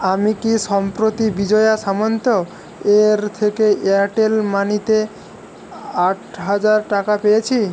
আমি কি সম্প্রতি বিজয়া সামন্ত এর থেকে এয়ারটেল মানিতে আট হাজার টাকা পেয়েছি